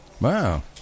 Wow